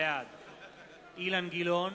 בעד אילן גילאון,